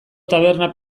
tabernan